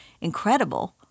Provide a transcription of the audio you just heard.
incredible